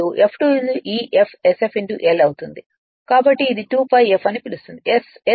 కాబట్టి ఇది 2 pi f అని పిలుస్తుంది s s అంటే s సాధారణంగా x